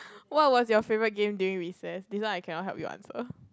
what was your favourite game during recess this one I cannot help you answer